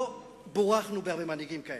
לא בורכנו בהרבה מנהיגים כאלה.